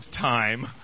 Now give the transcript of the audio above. time